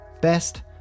Best